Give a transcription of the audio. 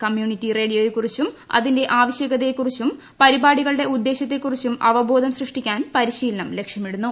community റേഡിയോയെ കുറിച്ചും അതിന്റെ ആവശ്യകതയെ കുറിച്ചും പരിപാടികളുടെ ഉദ്ദേശ്യത്തെ കുറിച്ചും അവബോധം സൃഷ്ടിക്കാൻ പരിശീലനം ലക്ഷ്യമിടുന്നു